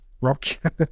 rock